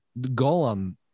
Golem